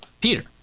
Peter